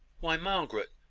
why, margaret,